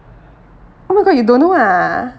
oh my god you don't know ah